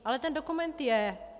Ale ten dokument je.